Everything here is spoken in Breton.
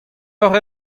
levr